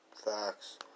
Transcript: Facts